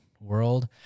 world